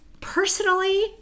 Personally